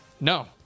No